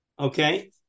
Okay